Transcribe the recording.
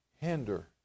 hinder